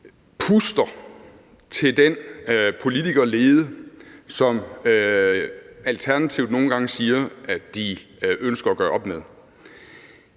puster til den politikerlede, som Alternativet nogle gange siger at de ønsker at gøre op med,